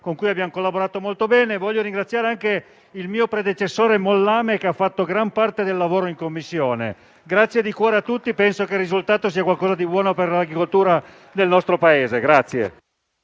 con cui abbiamo collaborato molto bene. Voglio altresì ringraziare il mio predecessore, il senatore Mollame, che ha fatto gran parte del lavoro in Commissione. Grazie di cuore a tutti. Penso che il risultato sia qualcosa di buono per l'agricoltura del nostro Paese.